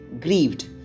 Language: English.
grieved